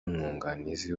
umwunganizi